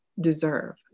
deserve